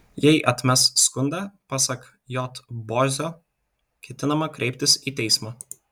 jei atmes skundą pasak j bozio ketinama kreiptis į teismą